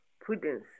prudence